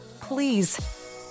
Please